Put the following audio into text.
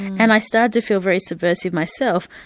and i started to feel very subversive myself,